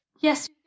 Yes